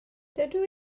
dydw